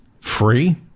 free